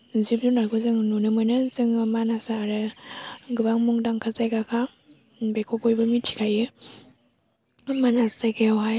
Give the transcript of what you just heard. जिब जुनादखौ जों नुनो मोनो जोङो मानासआनो गोबां मुंदांखा जायगाखा बेखौ बयबो मिथिखायो मानास जायगायावहाय